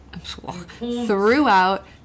throughout